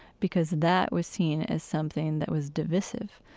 because that was seen as something that was divisive,